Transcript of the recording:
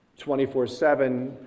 24-7